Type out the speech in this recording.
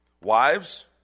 Wives